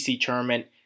tournament